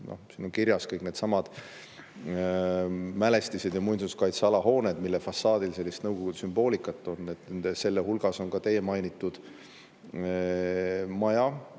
Siin on kirjas kõik needsamad mälestised ja muinsuskaitseala hooned, mille fassaadil sellist nõukogude sümboolikat on. Selle hulgas on ka teie mainitud maja